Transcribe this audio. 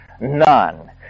none